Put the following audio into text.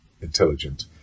intelligent